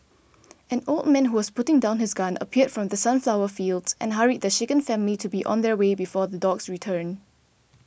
an old man who was putting down his gun appeared from the sunflower fields and hurried the shaken family to be on their way before the dogs return